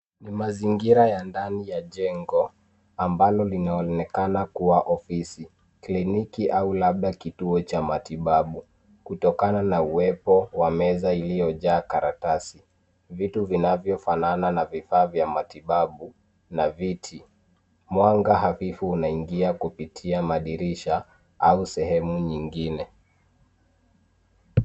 Ni mazingira ya ndani ya jengo ambalo linaonekana kuwa ofisi, kliniki au labda kituo cha matibabu kutokana na uwepo wa meza iliyojaa karatasi, vitu vinavyofanana na vifaa vya matibabu na viti. Mwanga hafifu unaingia kupitia madirisha au sehemu nyingine.